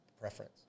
preference